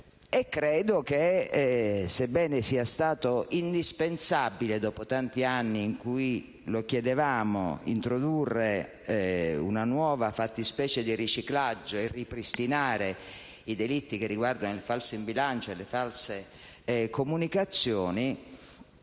Credo fosse indispensabile, dopo tanti anni in cui lo chiedevamo, introdurre una nuova fattispecie di riciclaggio e ripristinare i delitti che riguardano il falso in bilancio e le false comunicazioni.